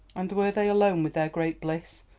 and were they alone with their great bliss,